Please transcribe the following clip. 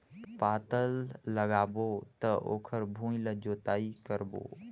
पातल लगाबो त ओकर भुईं ला जोतई करबो?